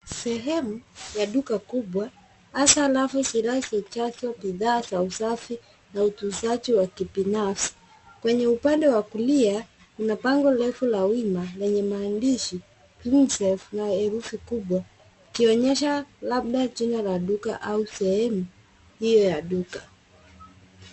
Sehemu ya duka kubwa hasa rafu zinazojazwa bidhaa za usafi na utunzaji wa kibinafsi. Kwenye uande wa kulia kuna bango refu la wima lenye maandishi Cleanshelf na herufi kubwa ikionyesha labda jina la duka au sehemu hio ya duka.